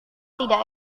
tidak